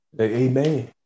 Amen